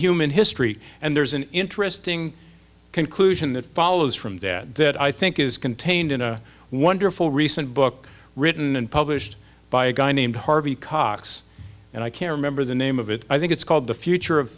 human history and there's an interesting conclusion that follows from that that i think is contained in a wonderful recent book written and published by a guy named harvey cox and i can't remember the name of it i think it's called the future of